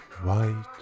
white